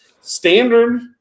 Standard